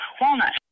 Walnut